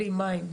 בלי מים,